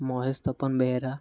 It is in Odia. ମହେଶ ତପନ ବେହେରା